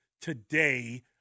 today